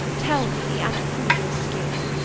tell me and prove your skill,